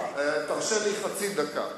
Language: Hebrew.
תרשה לי חצי דקה.